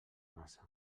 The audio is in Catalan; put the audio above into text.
massa